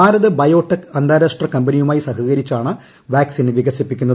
Bharat biotech അന്താരാഷ്ട്ര കമ്പനിയുമായി സഹകരിച്ചാണ് വാക്സിൻ വികസിപ്പിക്കുന്നത്